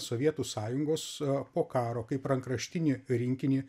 sovietų sąjungos po karo kaip rankraštinį rinkinį